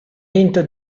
lento